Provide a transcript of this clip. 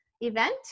event